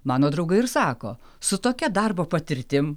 mano draugai ir sako su tokia darbo patirtim